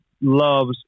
loves